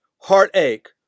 Heartache